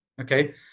okay